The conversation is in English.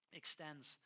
extends